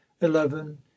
eleven